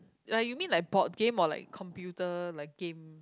like you mean like board game or like computer like game